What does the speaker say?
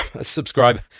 subscribe